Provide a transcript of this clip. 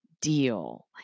deal